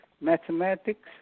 mathematics